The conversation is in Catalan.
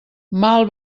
mal